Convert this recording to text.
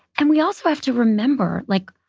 and we also have to remember, like,